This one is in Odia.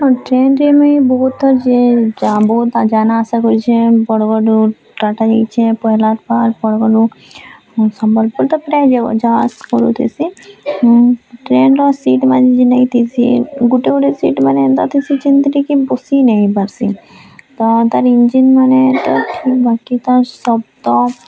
ଆଉ ଜେନ୍ ଜେନ୍ ମୁଇଁ ବହୁତ୍ଥର୍ ଯେ ଯା ବହୁତ୍ ଜାନାଆସା କରିଛେଁ ବଡ଼୍ ବଡ଼୍ କରିଛେଁ ପହଲେ ସମ୍ବଲପୁର ତ ପୁରା ଇଏ ଯାଆ ଆସ କରୁଥିସି ଉଁ ଟ୍ରେନ୍ର ସିଟ୍ମାନେ ଜେଣ୍ଟା କି ଥିସି ଗୋଟେ ଗୋଟେ ସିଟ୍ମାନେ ଏନ୍ତା ଥିସି ଯେଥିରେ କି ବସି ନେହିଁ ପାରସି ତ ତାର୍ ଇଞ୍ଜିନ୍ ମାନେ ତ ବାକି ତାର୍ ଶବ୍ଦ